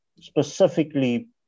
specifically